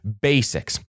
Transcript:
basics